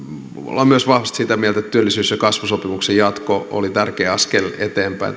ollaan myös vahvasti sitä mieltä että työllisyys ja kasvusopimuksen jatko oli tärkeä askel eteenpäin